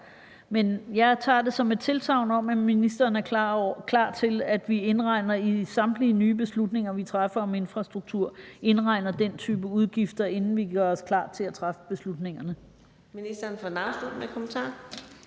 Men jeg tager det som et tilsagn om, at ministeren er klar til, at vi i samtlige nye beslutninger, vi træffer om infrastruktur, indregner den type udgifter, inden vi gør os klar til at træffe beslutningerne.